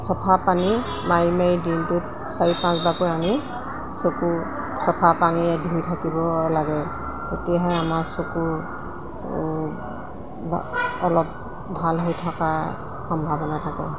চফা পানী মাৰি মাৰি দিনটোত চাৰি পাঁচবাৰকৈ আমি চকু চফা পানীৰে ধুই থাকিব লাগে তেতিয়াহে আমাৰ চকুৰ অলপ ভাল হৈ থকাৰ সম্ভাৱনা থাকে